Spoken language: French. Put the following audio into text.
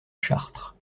chartres